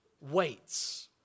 waits